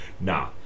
Nah